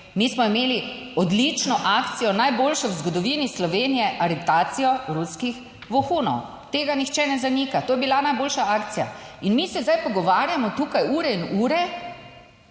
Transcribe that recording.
Mi smo imeli odlično akcijo, najboljšo v zgodovini Slovenije, aretacijo ruskih vohunov. Tega nihče ne zanika. To je bila najboljša akcija in mi se zdaj pogovarjamo tukaj ure in ure